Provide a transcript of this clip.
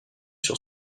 sur